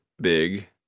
big